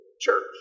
church